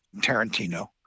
Tarantino